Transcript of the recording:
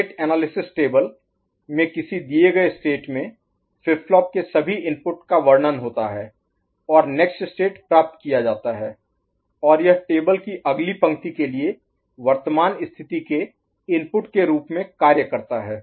state analysis table में किसी दिए गए स्टेट में फ्लिप फ्लॉप के सभी इनपुट का वर्णन होता है और नेक्स्ट स्टेट प्राप्त किया जाता है और यह टेबल की अगली पंक्ति के लिए वर्तमान स्थिति के इनपुट के रूप में कार्य करता है